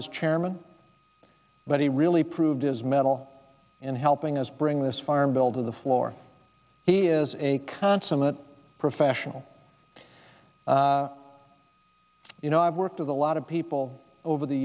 as chairman but he really proved his mettle in helping us bring this farm bill to the floor he is a consummate professional you know i've worked with a lot of people over the